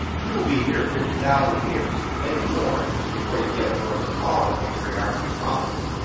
you will be here fifty thousand years maybe more before you get a glimpse of all the patriarchs and prophets.